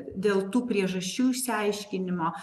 dėl tų priežasčių išsiaiškinimo